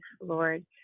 Lord